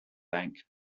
bank